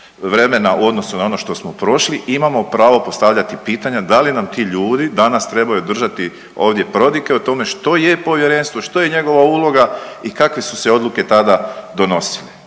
vremena u odnosu na ono što smo prošli imamo pravo postavljati pitanja, da li nam ti ljudi danas trebaju držati ovdje prodike o tome što je povjerenstvo, što je njegova uloga i kakve su se odluke tada donosile.